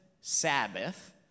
Sabbath